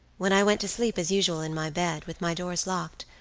when i went to sleep as usual in my bed, with my doors locked,